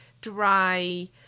dry